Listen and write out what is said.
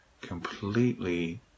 completely